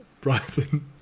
Brighton